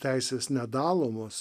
teisės nedalomos